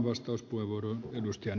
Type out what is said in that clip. arvoisa puhemies